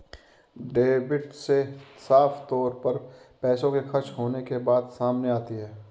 debit से साफ तौर पर पैसों के खर्च होने के बात सामने आती है